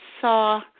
saw